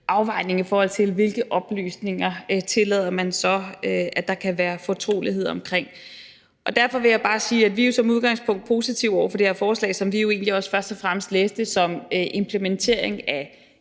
afvejning af, hvilke oplysninger man så tillader der kan være fortrolighed omkring. Derfor vil jeg bare sige, at vi som udgangspunkt er positive over for det her forslag, som vi jo egentlig også først og fremmest læste som implementering af